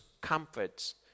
comforts